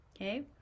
okay